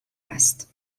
است